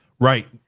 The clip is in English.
Right